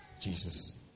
Jesus